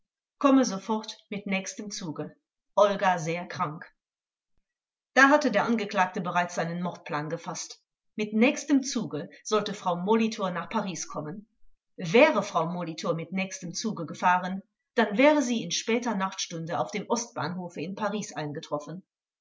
komme sofort mit nächstem zuge olga sehr krank da hatte der angeklagte bereits seinen mordplan gefaßt mit nächstem zuge sollte frau molitor nach paris kommen wäre frau molitor mit nächstem zuge gefahren dann wäre sie in später nachtstunde auf dem ostbahnhofe in paris eingetroffen